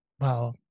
Wow